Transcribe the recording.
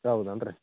ಯಾವ್ದು ಅಂದರೆ